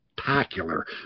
spectacular